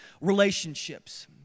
relationships